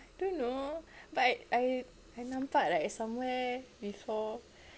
I don't know but I I nampak like somewhere before